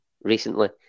Recently